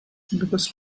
because